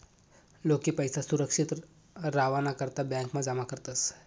लोके पैसा सुरक्षित रावाना करता ब्यांकमा जमा करतस